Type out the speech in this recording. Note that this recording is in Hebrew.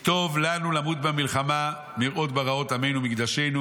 כי טוב לנו למות במלחמה מראות ברעות עמנו ומקדשנו.